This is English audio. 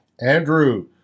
Andrew